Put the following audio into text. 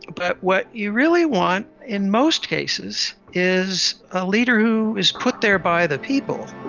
but what you really want in most cases is a leader who is put there by the people.